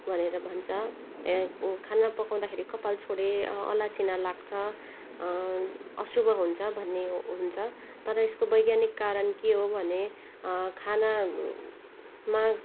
भनेर भन्छ खाना पकाउँदाखेरि कपाल छोडे अलक्षिणा लाग्छ अशुभ हुन्छ भन्ने हुन्छ तर यसको वैज्ञानिक कारण के हो भने खानामा